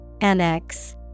Annex